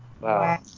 Wow